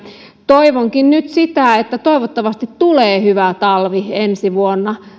toivonkin nyt sitä että tulee hyvä talvi ensi vuonna